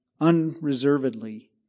unreservedly